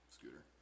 scooter